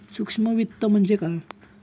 सूक्ष्म वित्त म्हणजे काय?